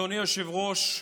אדוני היושב-ראש,